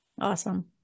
Awesome